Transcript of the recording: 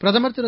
பிரதமர் திரு